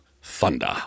Thunder